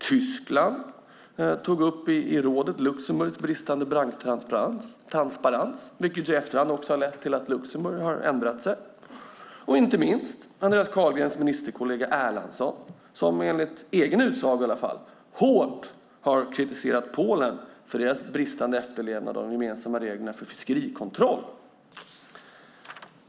Tyskland har i rådet tagit upp Luxemburgs bristande banktransparens, vilket i efterhand lett till att Luxemburg har ändrat sig. Inte minst Andreas Carlgrens ministerkollega Erlandsson har, i alla fall enligt egen utsago, hårt kritiserat Polen för dess bristande efterlevnad av de gemensamma reglerna om fiskerikontroll.